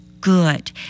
good